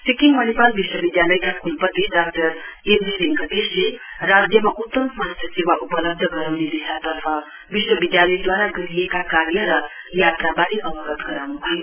सिक्किम मणिपाल विश्वविधालयका कुलपति doctor M D भेकटेशले राज्यमा उत्तम स्वास्थ्य सेवा उपलब्ध गराउने दिशातर्फ विश्ववधालयद्वारा गरिएका कार्य र यात्रावारे अवगत गराउनु भयो